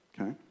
Okay